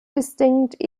distinct